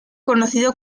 conocido